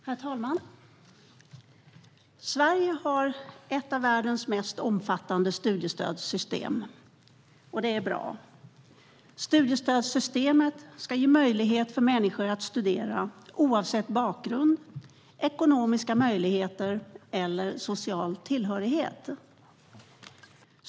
Herr talman! Sverige har ett av världens mest omfattande studiestödssystem. Det är bra. Studiestödssystemet ska ge möjlighet för människor att studera, oavsett bakgrund, ekonomiska möjligheter och social tillhörighet.